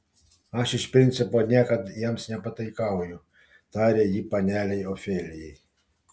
aš iš principo niekad jiems nepataikauju tarė ji panelei ofelijai